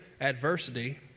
adversity